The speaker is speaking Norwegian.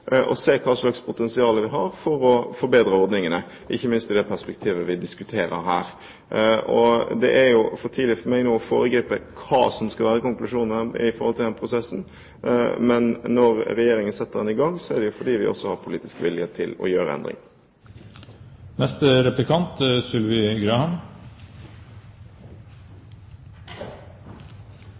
å se nærmere på ytelser for pårørendeomsorg. Hensikten med det arbeidet er selvfølgelig å se hva slags potensial vi har for å forbedre ordningene, ikke minst i det perspektivet vi diskuterer her. Det er for tidlig for meg nå å foregripe konklusjonen på den prosessen, men når Regjeringen setter den i gang, er det jo fordi vi også har politisk vilje til å gjøre